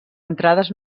entrades